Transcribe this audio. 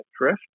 drift